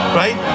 right